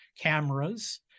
cameras